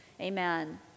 amen